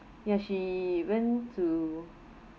ya she even to